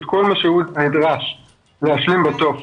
את כל מה שהוא נדרש להשלים בטופס,